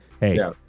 hey